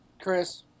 Chris